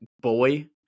boy